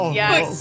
yes